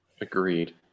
Agreed